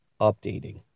updating